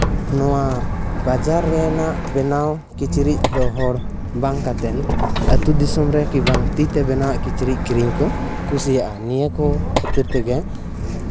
ᱱᱚᱣᱟ ᱵᱟᱡᱟᱨ ᱨᱮᱱᱟᱜ ᱵᱮᱱᱟᱣ ᱠᱤᱪᱨᱤᱡ ᱫᱚ ᱦᱚᱲ ᱵᱟᱝ ᱠᱟᱛᱮᱫ ᱟᱹᱛᱩ ᱫᱤᱥᱚᱢ ᱨᱮᱠᱤ ᱵᱟᱝ ᱛᱤᱛᱮ ᱵᱮᱱᱟᱣ ᱠᱤᱪᱨᱤᱡ ᱠᱤᱨᱤᱧ ᱠᱚ ᱠᱩᱥᱤᱭᱟᱜᱼᱟ ᱱᱤᱭᱟᱹ ᱠᱚ ᱠᱷᱟᱹᱛᱤᱨ ᱛᱮᱜᱮ